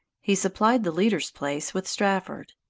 he supplied the leader's place with strafford.